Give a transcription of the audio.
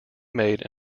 made